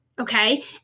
okay